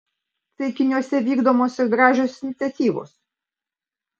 ceikiniuose vykdomos ir gražios iniciatyvos